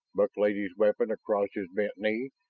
buck laid his weapon across his bent knee,